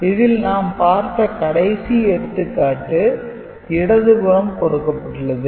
இதில் நாம் பார்த்த கடைசி எடுத்துக்காட்டு இடதுபுறம் கொடுக்கப்பட்டுள்ளது